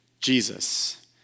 Jesus